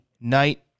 night